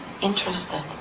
interested